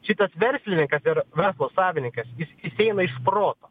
šitas verslininkas ir verslo savininkas jis jis eina iš proto